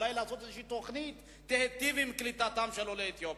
אולי לעשות איזושהי תוכנית שתיטיב את קליטתם של יהודי אתיופיה.